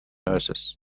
nurses